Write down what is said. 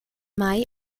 mai